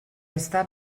estar